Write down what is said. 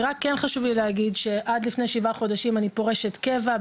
חשוב לי להגיד שעד לפני שבעה חודשים אני פורשת קבע,